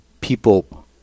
people